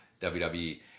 WWE